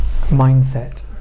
mindset